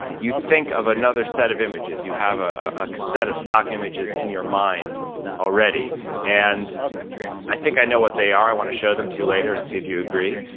you think of another set of images, you have a cassette of stock images in your mind already and i think i know what they are. i want to show them to you later and see if you agree.